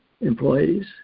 employees